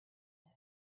said